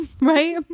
Right